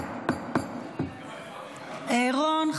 רון,